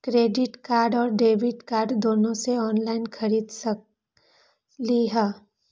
Credit card और debit card दोनों से ऑनलाइन खरीद सकली ह?